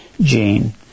gene